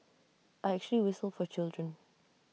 I actually whistle for children